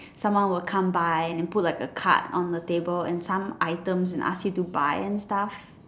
someone will come by and then put like a card on the table with some items and ask you to buy and stuff